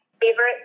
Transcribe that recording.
favorite